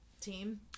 team